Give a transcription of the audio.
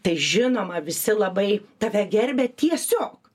tai žinoma visi labai tave gerbė tiesiog